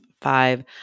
Five